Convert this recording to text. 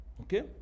Okay